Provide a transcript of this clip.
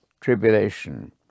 tribulation